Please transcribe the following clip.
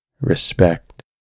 respect